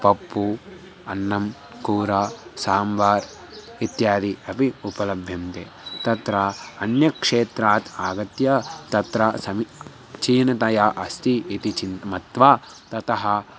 पप्पु अन्नं कूरा साम्बार् इत्यादि अपि उपलभ्यन्ते तत्र अन्यक्षेत्रात् आगत्य तत्र समीचीनतया अस्ति इति चिन् मत्वा ततः